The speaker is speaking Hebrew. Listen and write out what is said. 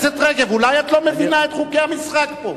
אולי את לא מבינה את חוקי המשחק פה,